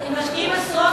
אני אומר בצער,